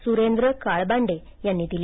सुरेंद्र काळबांडे यांनी दिली